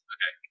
Okay